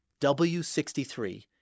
W63